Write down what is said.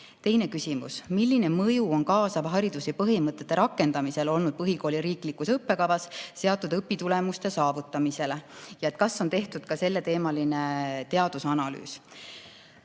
Teine küsimus. Milline mõju on kaasava hariduse põhimõtete rakendamisel olnud põhikooli riiklikus õppekavas seatud õpitulemuste saavutamisele ja kas on tehtud ka selleteemaline teadusanalüüs?